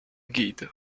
guide